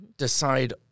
decide